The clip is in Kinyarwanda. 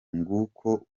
nguko